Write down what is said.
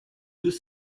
deux